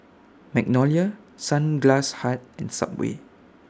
Magnolia Sunglass Hut and Subway